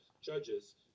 judges